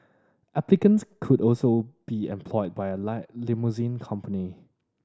applicants could also be employed by a lie limousine company